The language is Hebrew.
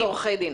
עורכי דין.